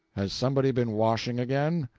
has somebody been washing again?